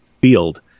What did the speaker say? field